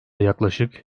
yaklaşık